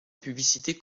publicité